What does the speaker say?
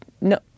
no